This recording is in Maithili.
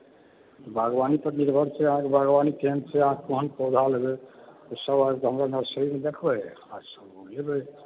बागवानी पर निर्भर छै अहाँकें बागवानी केहन छै आ कोन पौधा लेबय ओसभ आबिकऽ हमरा नर्सरीमे देखबय आ सभ ओ लेबय